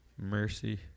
Mercy